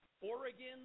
Oregon